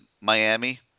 Miami